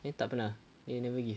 then tak pernah they never give